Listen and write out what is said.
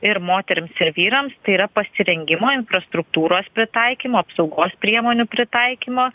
ir moterims ir vyrams tai yra pasirengimo infrastruktūros pritaikymo apsaugos priemonių pritaikymo